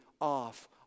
off